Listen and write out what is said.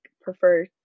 prefer